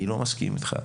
אני לא מסכים איתך.